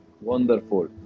Wonderful